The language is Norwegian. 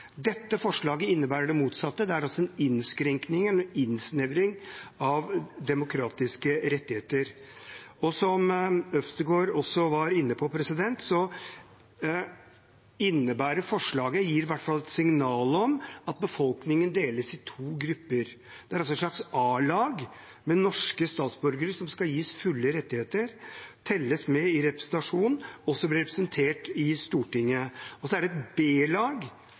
Dette forslaget innebærer det motsatte. Det innebærer en innsnevring av demokratiske rettigheter. Som Øvstegård også var inne på, gir forslaget et signal om at befolkningen deles i to grupper. Det er altså et slags a-lag, med norske statsborgere som skal gis fulle rettigheter, som telles med i representasjon, og som blir representert i Stortinget. Så er det et